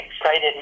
excited